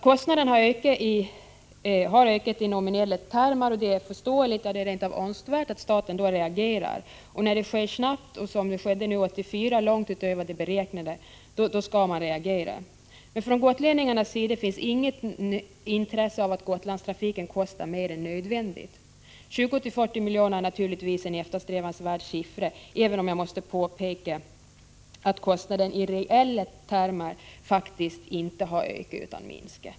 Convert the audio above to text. Kostnaden har ökat i nominella termer, och det är förståeligt, ja, rent av Önskvärt att staten reagerar när det sker snabbt och, som skedde 1984, långt utöver vad som beräknats. Då måste man reagera. Från gotlänningarnas sida finns inget intresse av att Gotlandstrafiken kostar mer än nödvändigt. 2040 milj.kr. är naturligtvis en eftersträvansvärd summa, även om jag måste påpeka att kostnaden i reala termer faktiskt inte har ökat utan minskat.